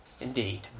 indeed